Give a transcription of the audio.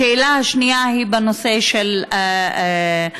השאלה השנייה היא בנושא של המשרד,